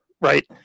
right